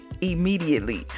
immediately